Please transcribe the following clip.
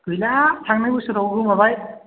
गैला थांनाय बोसोराव गोमाबाय